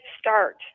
start